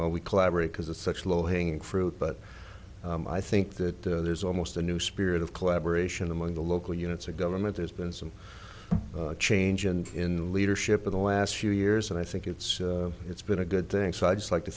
well we collaborate because it's such low hanging fruit but i think that there's almost a new spirit of collaboration among the local units of government there's been some change in leadership in the last few years and i think it's it's been a good thing so i just like t